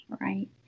Right